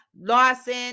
Lawson